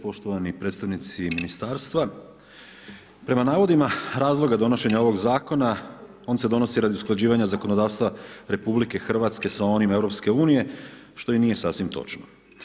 Poštovani predstavnici ministarstva, prema navodima razloga donošenja ovog zakona, on se donosi radi usklađivanja zakonodavstva RH sa onim EU-a što i nije sasvim točno.